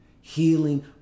healing